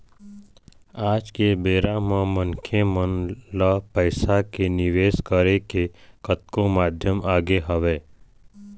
आज के बेरा म मनखे मन ल पइसा के निवेश करे के कतको माध्यम आगे हवय